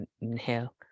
Inhale